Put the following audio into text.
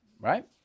right